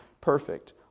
perfect